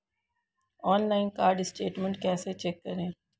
Online card statement कैसे check करें?